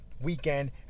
weekend